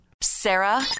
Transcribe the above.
Sarah